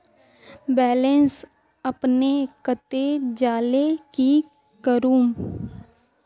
Balance अपने कते जाले की करूम?